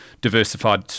diversified